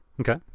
Okay